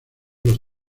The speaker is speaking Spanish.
los